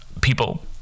people